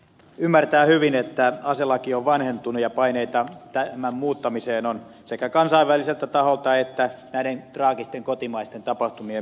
ymmärtää hyvin että aselaki on vanhentunut ja paineita tämän muuttamiseen on sekä kansainväliseltä taholta että näiden traagisten kotimaisten tapahtumien myötä